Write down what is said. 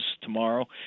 tomorrow